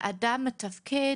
להיות אדם מתפקד,